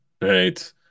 right